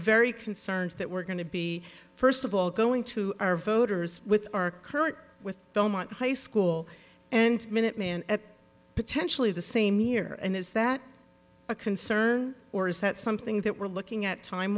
very concerned that we're going to be first of all going to our voters with our current with belmont high school and minute man at potentially the same year and is that a concern or is that something that we're looking at time